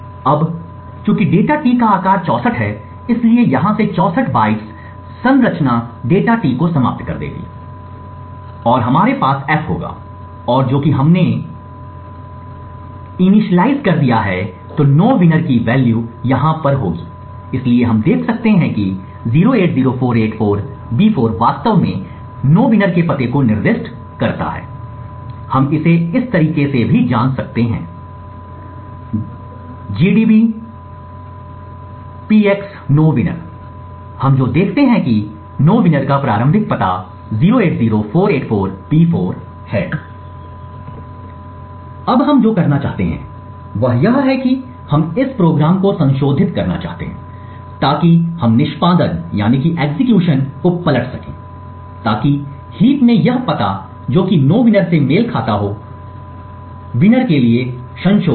अब चूंकि data T का आकार 64 है इसलिए यहाँ से 64 बाइट्स संरचना data T को समाप्त कर देंगी और हमारे पास f होगा और जो कि हमने को इनीशिएलाइज्ड कर दिया है तो नो विनर की वैल्यू यहां पर होगी इसलिए हम देख सकते हैं कि 080484B4 वास्तव में नो विनर के पते को निर्दिष्ट करता है हम इसे इस तरीके से ही जांच सकते हैं gdb px nowinner हम जो देखते हैं की नो विनर का प्रारंभिक पता 080484B4 है अब हम जो करना चाहते हैं वह यह है कि हम इस कार्यक्रम को संशोधित करना चाहते हैं ताकि हम निष्पादन को पलट देना चाहते हैं ताकि हीप में यह पता जो कि नो विनर से मेल खाता हो विजेता के लिए संशोधित हो